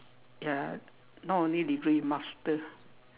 ya not only degree master